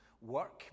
work